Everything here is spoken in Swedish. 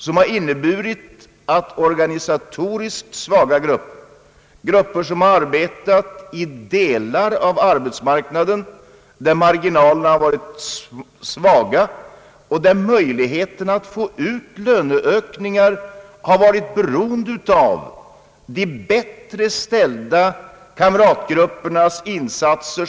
Den har inneburit att organisatoriskt svaga grupper, vilka arbetat i delar av arbetsmarknaden där marginalerna har varit små och där möjligheten att få ut löneökningar har varit beroende av stöd från de bättre ställda kamratgruppernas insatser.